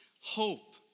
hope